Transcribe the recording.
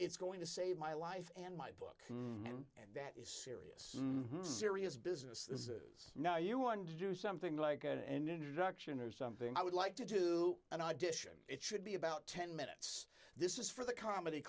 it's going to save my life and my book and that is serious serious business is now you want to do something like and introduction or something i would like to do an audition it should be about ten minutes this is for the comedy